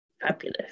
Fabulous